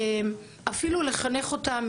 אפילו לחנך אותם.